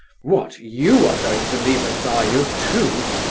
what, you are going to leave us are you, too?